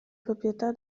proprietà